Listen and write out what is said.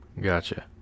gotcha